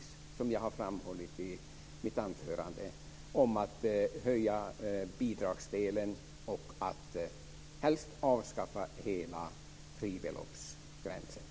Som jag har framhållit i mitt anförande kan man exempelvis höja bidragsdelen och helst avskaffa hela fribeloppsgränsen.